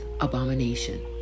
abomination